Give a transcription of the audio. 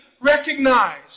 recognize